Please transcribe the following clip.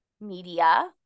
media